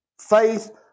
faith